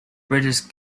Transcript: british